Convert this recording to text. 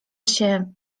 się